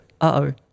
uh-oh